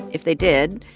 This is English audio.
if they did,